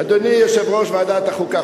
אדוני יושב-ראש ועדת החוקה,